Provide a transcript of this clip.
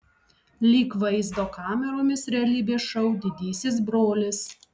lyg vaizdo kameromis realybės šou didysis brolis